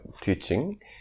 teaching